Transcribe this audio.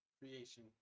creation